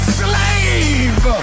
slave